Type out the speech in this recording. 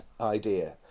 idea